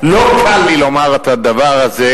לא קל לי לומר את הדבר הזה,